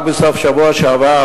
רק בסוף שבוע שעבר,